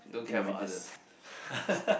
I think you read this